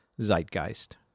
zeitgeist